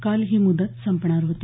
काल ही मुदत संपणार होती